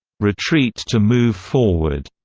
retreat to move forward,